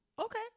okay